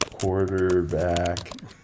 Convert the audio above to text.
quarterback